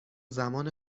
زمان